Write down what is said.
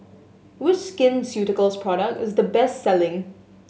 which Skin Ceuticals product is the best selling